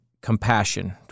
compassion